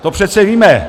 To přece víme.